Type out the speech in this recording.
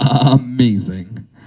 amazing